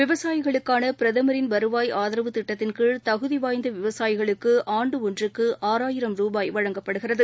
விவசாயிகளுக்கானபிரதமரின் வருவாய் திட்டத்தின் கழ் ஆதரவு தகுதிவாய்ந்தவிவசாயிகளுக்குஆண்டுஒன்றுக்குஆறாயிரம் ரூபாய் வழங்கப்படுகிறது